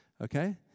Okay